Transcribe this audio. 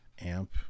amp